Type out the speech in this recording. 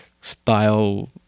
style